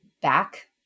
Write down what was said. back